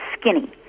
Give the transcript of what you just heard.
skinny